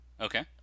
Okay